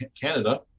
Canada